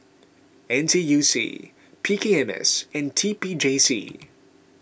N T U C P K M S and T P J C